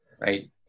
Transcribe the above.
right